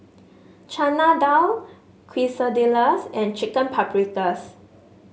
Chana Dal Quesadillas and Chicken Paprikas